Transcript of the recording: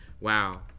wow